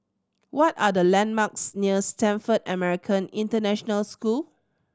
what are the landmarks near Stamford American International School